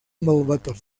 malvat